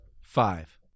five